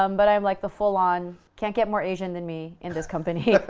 um but i'm like the full-on, can't get more asian than me, in this company.